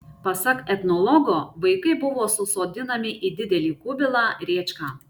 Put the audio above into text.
pasak etnologo vaikai buvo susodinami į didelį kubilą rėčką